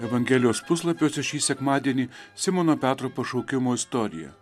evangelijos puslapiuose šį sekmadienį simono petro pašaukimo istorija